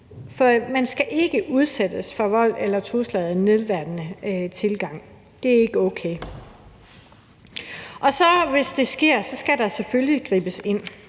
For man skal ikke udsættes for vold eller trusler eller nedværdigende behandling. Det er ikke okay. Hvis det sker, skal der selvfølgelig gribes ind,